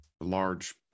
large